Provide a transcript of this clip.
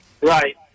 Right